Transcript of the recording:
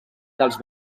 dels